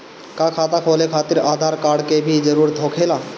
का खाता खोले खातिर आधार कार्ड के भी जरूरत होखेला?